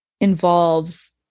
involves